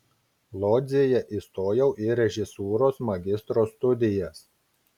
lodzėje įstojau į režisūros magistro studijas